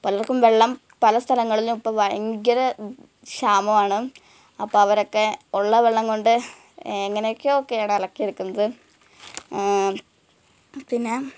പലര്ക്കും വെള്ളം പല സ്ഥലങ്ങളിലും ഇപ്പം ഭയങ്കര ക്ഷാമമാണ് അപ്പം അവരൊക്കെ ഉള്ള വെള്ളം കൊണ്ട് എങ്ങനെയൊക്കെയോ ആണ് അലക്കിയെടുക്കുന്നത് പിന്നെ